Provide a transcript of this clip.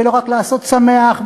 ולא רק לעשות שמח,